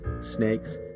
snakes